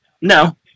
No